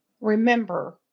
Remember